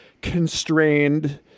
constrained